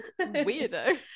Weirdo